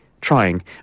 trying